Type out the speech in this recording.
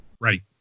Right